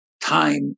time